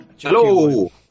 Hello